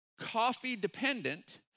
coffee-dependent